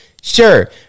Sure